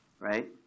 right